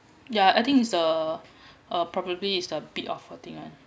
yeah I think it's the uh probably is the bid of a thing [one]